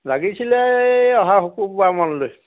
লাগিছিলে এই অহা শুক্ৰবাৰমানলৈ